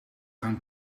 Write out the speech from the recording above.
gaan